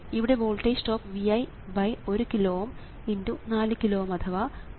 ഇവിടെ voltage drop Vi1 kilo Ω × 4 kilo Ω അഥവാ Vi×4 ആണ്